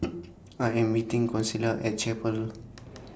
I Am meeting Consuela At Chapel